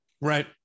Right